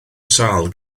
sâl